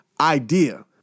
idea